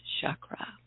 chakra